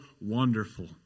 wonderful